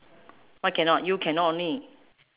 why cannot you cannot only